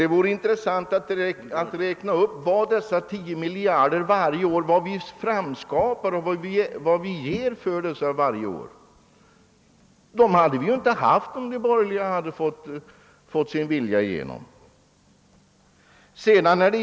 Det vore intressant att räkna upp vad som varje år görs för dessa 10 miljarder, som vi inte haft om de borgerliga fått sin vilja igenom.